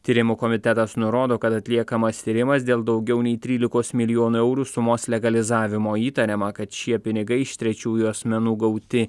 tyrimų komitetas nurodo kad atliekamas tyrimas dėl daugiau nei trylikos milijonų eurų sumos legalizavimo įtariama kad šie pinigai iš trečiųjų asmenų gauti